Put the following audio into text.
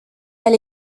elle